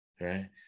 right